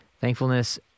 Thankfulness